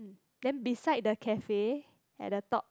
then beside the cafe at the top